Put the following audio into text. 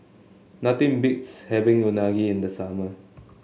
nothing beats having Unagi in the summer